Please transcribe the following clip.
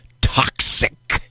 toxic